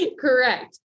Correct